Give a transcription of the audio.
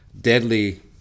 deadly